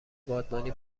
بادبانی